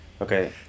Okay